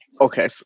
Okay